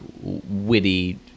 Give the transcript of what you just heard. witty